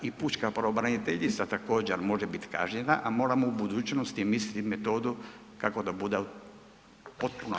I pučka pravobraniteljica također, može biti kažnjena, a moramo u budućnosti izmisliti metodu kako da bude potpuno autonomna.